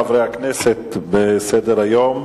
חברי חברי הכנסת, אנחנו ממשיכים בסדר-היום: